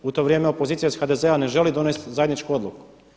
U to vrijeme opozicija iz HDZ-a ne želi donesti zajedničku odluku.